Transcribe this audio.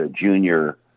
junior